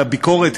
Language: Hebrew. בביקורת,